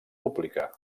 pública